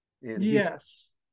Yes